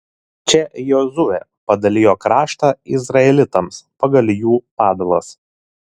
čia jozuė padalijo kraštą izraelitams pagal jų padalas